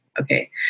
Okay